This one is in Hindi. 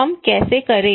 हम कैसे करें